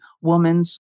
woman's